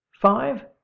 Five